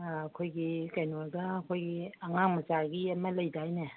ꯑꯥ ꯑꯩꯈꯣꯏꯒꯤ ꯀꯩꯅꯣꯗ ꯑꯩꯈꯣꯏꯒꯤ ꯑꯉꯥꯡ ꯃꯆꯥꯒꯤ ꯑꯃ ꯂꯩꯗꯥꯏꯅꯦ